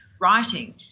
writing